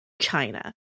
China